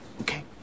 Okay